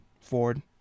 ford